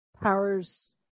powers